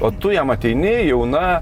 o tu jam ateini jauna